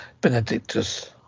Benedictus